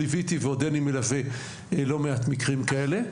ליוויתי ועודני מלווה לא מעט מקרים כאלה,